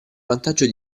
vantaggio